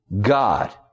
God